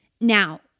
Now